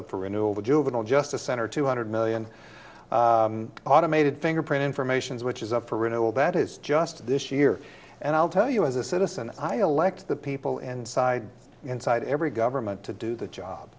the juvenile justice center two hundred million automated fingerprint informations which is up for renewal that is just this year and i'll tell you as a citizen i elect the people inside inside every government to do the job